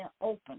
open